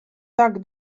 tak